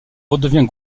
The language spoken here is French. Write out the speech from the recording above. redevient